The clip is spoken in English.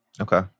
Okay